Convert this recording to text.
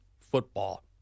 football